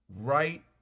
right